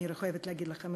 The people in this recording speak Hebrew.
אני חייבת להגיד לכם,